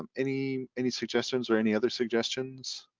um any any suggestions or any other suggestions?